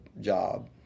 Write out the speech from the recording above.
job